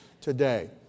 today